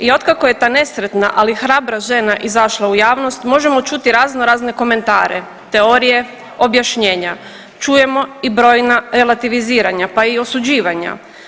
I otkako je ta nesretna ali hrabra žena izašla u javnost, možemo čuti razno razne komentare, teorije, objašnjenja, čujemo i brojna relativiziranja pa i osuđivanja.